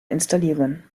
installieren